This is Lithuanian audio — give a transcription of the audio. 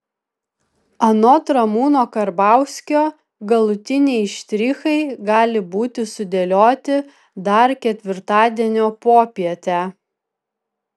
anot ramūno karbauskio galutiniai štrichai gali būti sudėlioti dar ketvirtadienio popietę